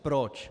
Proč?